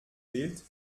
feld